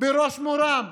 בראש מורם.